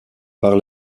par